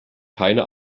keine